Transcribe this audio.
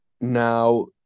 Now